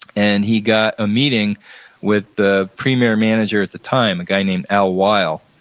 and he got a meeting with the premier manager at the time, a guy named al weill,